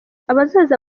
abazaza